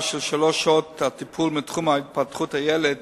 של שלוש שעות הטיפול מתחום התפתחות הילד